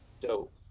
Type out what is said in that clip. Dope